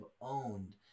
owned